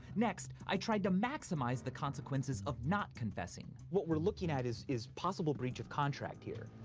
next, i tried to maximize the consequences of not confessing. what we're looking at is is possible breach of contract here.